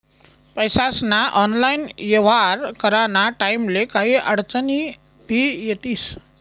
पैसास्ना ऑनलाईन येव्हार कराना टाईमले काही आडचनी भी येतीस